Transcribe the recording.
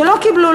שלא קיבלו,